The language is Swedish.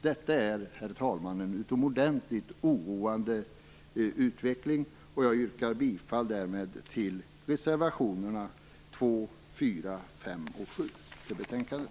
Detta är, herr talman, en utomordentligt oroande utveckling, och jag yrkar därmed bifall till reservationerna 2, 4, 5 och 7 till betänkandet.